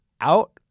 Out